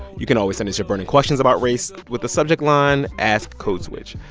you can always send us your burning questions about race with the subject line ask code switch.